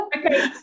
Okay